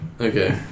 Okay